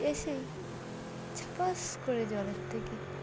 এসেই ছপাস করে জলের থেকে